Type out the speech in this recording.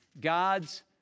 God's